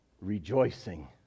rejoicing